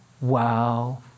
wow